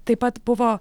taip pat buvo